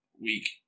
week